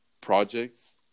projects